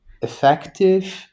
effective